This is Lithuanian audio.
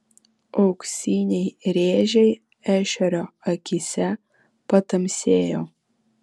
auksiniai rėžiai ešerio akyse patamsėjo